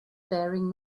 faring